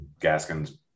gaskins